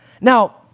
Now